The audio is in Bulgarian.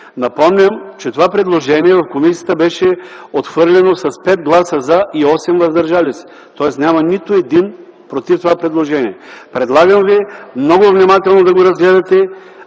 Напомням, че в комисията то беше отхвърлено с 5 гласа „за” и 8 „въздържали се”. Тоест няма нито един „против” това предложение. Предлагам ви много внимателно да го разгледате.